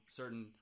certain